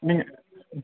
நீங்கள் ம்